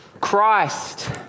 Christ